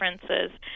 differences